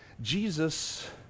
Jesus